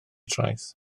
traeth